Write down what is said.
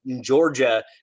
Georgia